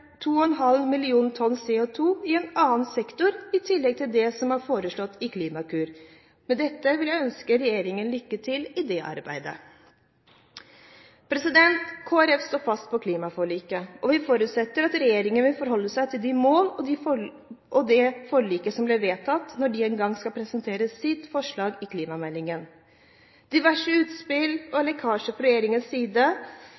2,5 millioner tonn CO2 i en annen sektor i tillegg til det som er foreslått i Klimakur. Med dette vil jeg ønske regjeringen lykke til i det arbeidet. Kristelig Folkeparti står fast ved klimaforliket, og vi forutsetter at regjeringen vil forholde seg til de mål og det forliket som blir vedtatt, når de en gang skal presentere sine forslag i klimameldingen. Diverse utspill og